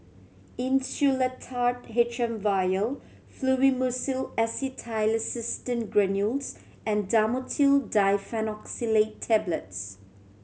Insulatard H M Vial Fluimucil Acetylcysteine Granules and Dhamotil Diphenoxylate Tablets